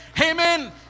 amen